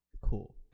cool